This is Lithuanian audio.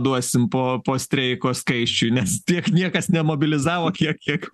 duosim po po streiko skaisčiui nes tiek niekas nemobilizavo kiek kiek